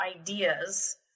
ideas